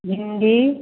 भिंडी